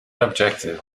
objective